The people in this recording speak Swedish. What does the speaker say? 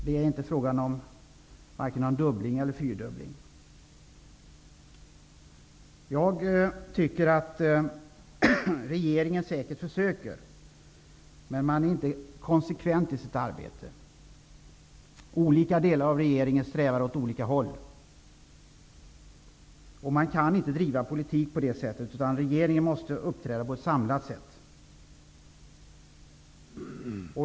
Det är varken fråga om en fördubbling eller en fyrdubbling. Jag tror att regeringen säkert försöker, men man är inte konsekvent i sitt arbete. Olika delar i regeringen strävar åt olika håll. Man kan inte driva politik på det sättet. Regeringen måste uppträda samlat.